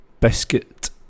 Biscuit